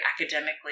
academically